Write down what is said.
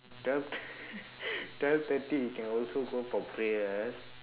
twelve thir~ twelve thirty you can also go for prayers